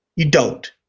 you don't,